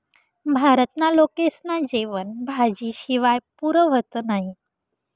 भारतना लोकेस्ना जेवन भाजी शिवाय पुरं व्हतं नही